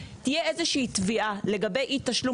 אם תהיה איזו שהיא תביעה לגבי אי תשלום